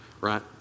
right